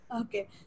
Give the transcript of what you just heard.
Okay